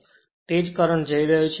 અને તેજ કરંટ જઈ રહ્યો છે